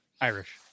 Irish